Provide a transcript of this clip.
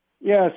Yes